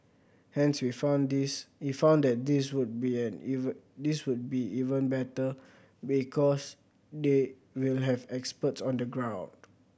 hence we found this we found that this will be an even this will be even better because they will have experts on the ground